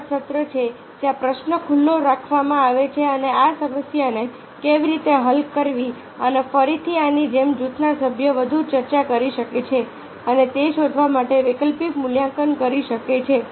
આવા જ સત્રો છે જ્યાં પ્રશ્ન ખુલ્લો રાખવામાં આવે છે અને આ સમસ્યાને કેવી રીતે હલ કરવી અને ફરીથી આની જેમ જૂથના સભ્યો વધુ ચર્ચા કરી શકે છે અને તે શોધવા માટે વૈકલ્પિક મૂલ્યાંકન કરી શકે છે